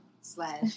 slash